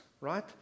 right